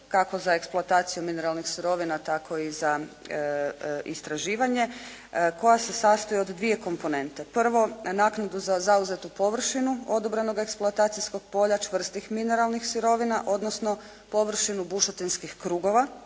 kako za eksploataciju mineralnih sirovina tako i za istraživanje koja se sastoji od dvije komponente. Prvo naknadu za zauzetu površinu odobrenog eksploatacijskog polja čvrstih mineralnih sirovina, odnosno površinu bušotinskih krugova